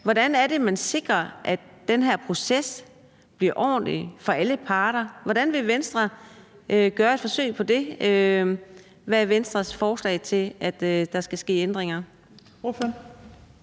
Hvordan sikrer man, at den her proces bliver ordentlig for alle parter? Hvordan vil Venstre gøre et forsøg på det? Hvad er Venstres forslag til, at der skal ske ændringer?